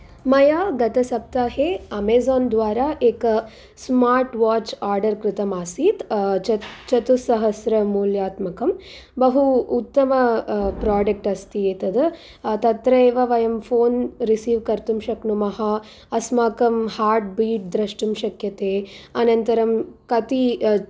मया गतसप्ताहे आमेज़ान् द्वारा एक स्मार्ट् वाच् आडर् कृतमासीत् चतु चतुस्सहस्र्मूल्यात्मकं बहु उत्तम प्राडक्ट् अस्ति एतद् तत्रैव वयं फोन् रिसीव् कर्तुं शक्नुमः अस्माकं हार्ट् बीट् द्रष्टुं शक्यते अनन्तरं कति